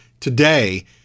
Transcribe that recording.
today